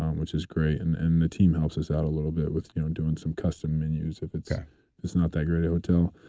um which is great. and and the team helps us out a little bit with doing some custom menus if it's ah it's not that great of a hotel.